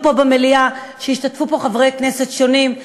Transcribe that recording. פה במליאה שהשתתפו פה חברי כנסת שונים.